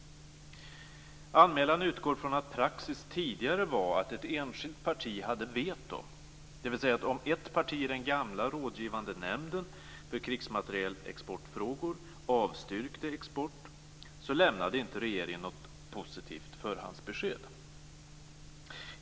Anmälan utgår från att praxis tidigare var att ett enskilt parti hade veto, dvs. att om ett parti i gamla Rådgivande nämnden för krigsmaterielexportfrågor avstyrkte export lämnade regeringen inte ett positivt förhandsbesked.